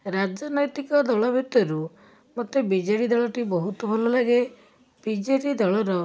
ରାଜନୈତିକ ଦଳ ଭିତରୁ ମୋତେ ବି ଜେ ଡ଼ି ଦଳଟି ବହୁତ ଭଲ ଲାଗେ ବି ଜେ ଡ଼ି ଦଳର